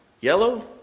yellow